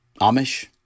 Amish